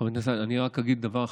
חבר הכנסת מקלב, אני רק אגיד דבר אחד.